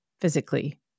physically